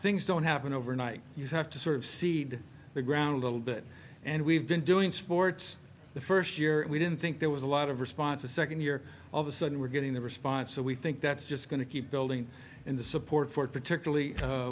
things don't happen overnight you have to sort of cede the ground a little bit and we've been doing sports the first year we didn't think there was a lot of response a second year of a sudden we're getting the response so we think that's just going to keep building and the support for particularly